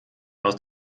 aus